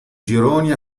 gironi